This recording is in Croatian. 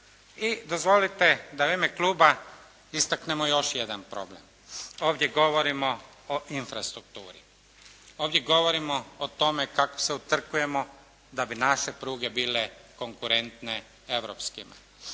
I dozvolite da u ime kluba istaknemo još jedan problem. Ovdje govorimo o infrastrukturi, ovdje govorimo o tome kako se utrkujemo da bi naše pruge bile konkurentne europskima